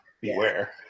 Beware